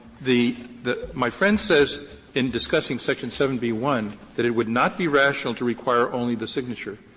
the the my friend says in discussing section seven b one that it would not be rational to require only the signature.